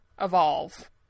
evolve